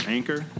Anchor